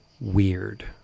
weird